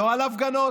לא על הפגנות.